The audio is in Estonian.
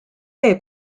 see